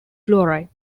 fluoride